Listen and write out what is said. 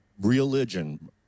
religion